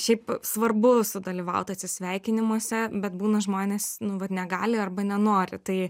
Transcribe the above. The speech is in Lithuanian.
šiaip svarbu sudalyvaut atsisveikinimuose bet būna žmonės nu vat negali arba nenori tai